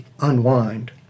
unwind